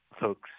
folks